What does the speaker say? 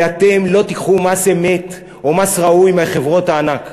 ואתם לא תיקחו מס אמת או מס ראוי מחברות הענק,